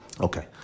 Okay